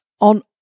on